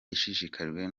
ishishikajwe